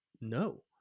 no